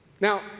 Now